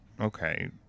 okay